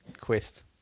quest